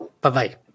Bye-bye